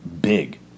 big